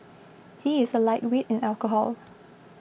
he is a lightweight in alcohol